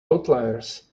outliers